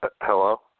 Hello